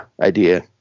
idea